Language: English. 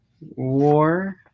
war